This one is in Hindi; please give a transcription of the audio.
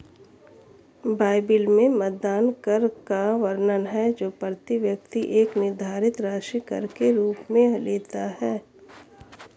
बाइबिल में मतदान कर का वर्णन है जो प्रति व्यक्ति एक निर्धारित राशि कर के रूप में लेता है